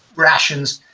rations,